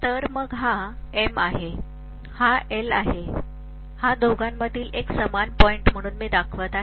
तर मग हा M आहे हा L आणि हा दोघांमधील एक सामान पॉईंट म्हणून मी दाखवीत आहे